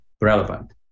relevant